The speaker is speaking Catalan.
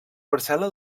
parcel·la